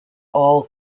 all